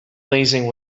blazing